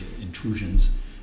intrusions